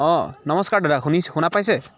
অঁ নমস্কাৰ দাদা শুনি শুনা পাইছে